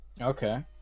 Okay